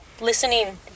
listening